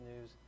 news